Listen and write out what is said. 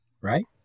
right